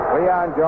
Leon